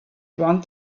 want